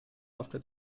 after